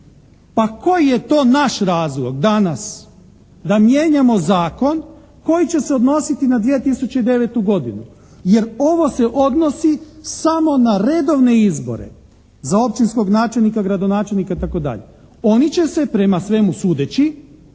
Pa koji je to naš razlog danas da mijenjamo zakon koji će se odnositi na 2009. godinu, jer ovo se odnosi samo na redovne izbore za općinskog načelnika, gradonačelnika itd. Oni će se prema svemu sudeći